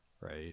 right